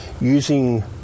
using